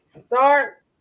start